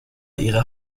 ihre